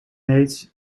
his